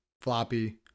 floppy